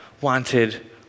wanted